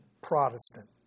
Protestant